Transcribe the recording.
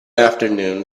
afternoon